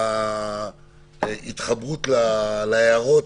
ובהתחברות שלכם להערות,